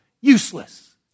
Useless